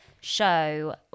show